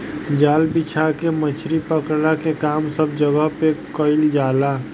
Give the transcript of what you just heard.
जाल बिछा के मछरी पकड़ला के काम सब जगह पे कईल जाला